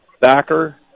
Backer